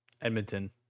Edmonton